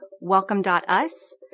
Welcome.us